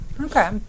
Okay